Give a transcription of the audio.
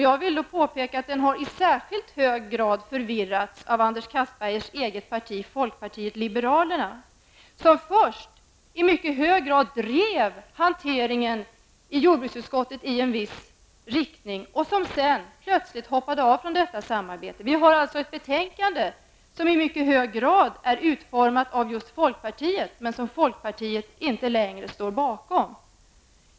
Jag vill då påpeka att den i särskilt hög grad har förvirrats av Anders Castbergers eget parti, folkpartiet liberalerna, som först i mycket hög grad drev hanteringen i jordbruksutskottet i en viss riktning och som sedan plötsligt hoppade av från detta samarbete. Vi har alltså ett betänkande som i mycket hög grad är utformat av just folkpartiet, men som folkpartiet inte längre står bakom.